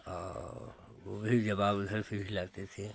और वही जवाब उधर से भी लाते थे